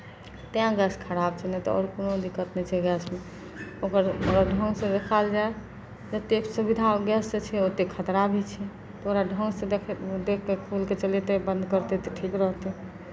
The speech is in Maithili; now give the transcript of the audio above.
तैँ गैस खराब छै नहि तऽ आओर कोनो दिक्कत नहि छै गैस की ओकर बढ़िआँसँ देखायल जाय ततेक सुविधा ओ गैसके छै ओतेक खतरा भी छै ओकरा ढङ्गसँ देखि कऽ देखि कऽ सुनि कऽ चलेतै बन्द करतै तऽ ठीक रहतै